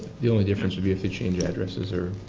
the only difference would be if you change addresses or